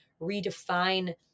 redefine